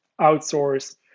outsource